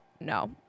no